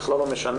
בכלל לא משנה,